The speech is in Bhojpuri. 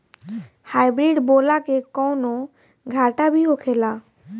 हाइब्रिड बोला के कौनो घाटा भी होखेला?